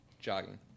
Jogging